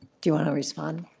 do you want to respond?